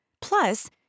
Plus